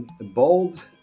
bold